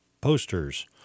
posters